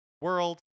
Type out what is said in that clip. World